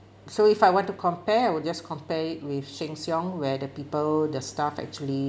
so if I want to compare I will just compare it with sheng siong where the people the staff actually